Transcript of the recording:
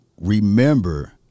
remember